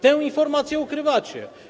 Tę informację ukrywacie.